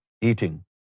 eating